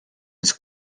his